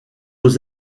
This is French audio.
aux